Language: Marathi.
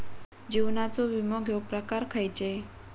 जीवनाचो विमो घेऊक प्रकार खैचे?